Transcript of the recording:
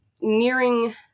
nearing